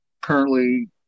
currently